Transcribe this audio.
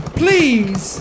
please